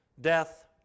death